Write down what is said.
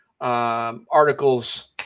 articles –